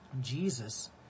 Jesus